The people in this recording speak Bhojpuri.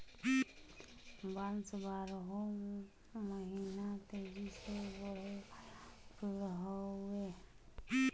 बांस बारहो महिना तेजी से बढ़े वाला पेड़ हउवे